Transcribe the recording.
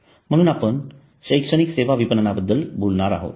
म्हणून आपण शैक्षणिक सेवा विपणनाबद्दल बोलत आहोत